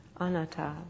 anatta